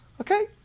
Okay